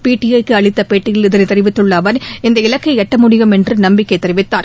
PTI க்கு அளித்த பேட்டியில் இதனைத் தெரிவித்துள்ள அவர் இந்த இலக்கை எட்ட முடியும் என்று நம்பிக்கை தெரிவித்தார்